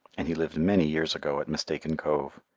and he lived many years ago at mistaken cove.